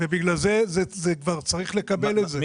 ובגלל זה, הוא כבר צריך לקבל את זה.